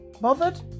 bothered